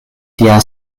tia